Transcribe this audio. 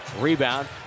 Rebound